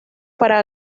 para